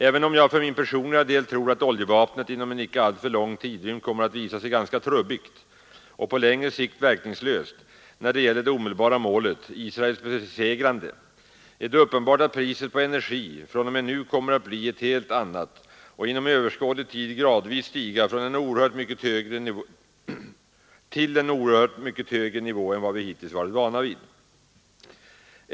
Även om jag för min personliga del tror att oljevapnet inom en icke alltför lång tidsrymd kommer att visa sig vara ganska trubbigt och på längre sikt verkningslöst när det gäller det omedelbara målet, Israels besegrande, är det uppenbart att priset på energi från och med nu kommer att bli ett helt annat och inom överskådlig tid gradvis stiga till en oerhört mycket högre nivå än vi hittills varit vana vid.